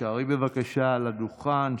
תישארי בבקשה על הדוכן.